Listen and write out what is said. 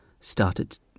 started